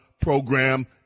program